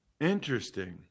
Interesting